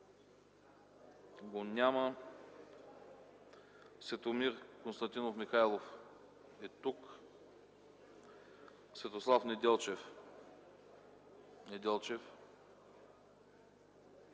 отсъства Светомир Константинов Михайлов - тук Светослав Неделчев Неделчев